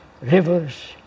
rivers